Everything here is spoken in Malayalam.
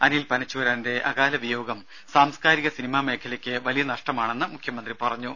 അനിൽ പനച്ചൂരാന്റെ അകാല വിയോഗം സാംസ്കാരിക സിനിമാ മേഖലയ്ക്ക് വലിയ നഷ്ടമാണെന്ന് മുഖ്യമന്ത്രി പറഞ്ഞു